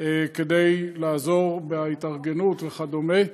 כדי לעזור בהתארגנות וכדומה.